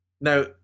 Now